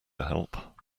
help